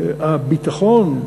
הביטחון,